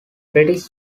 british